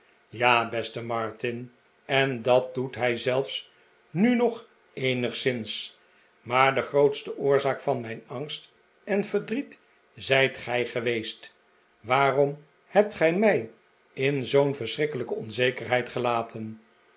ja beste martin en dat doet hij zelfs nu nog eenigszins maar de grootste oorzaak van mijn angst en verdriet zijt gij geweest waarom hebt gij mij in zoo'n verschrikkelijke onzekerheid gelaten